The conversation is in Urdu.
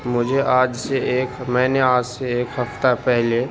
مجھے آج سے ایک میں نے آج سے ایک ہفتہ پہلے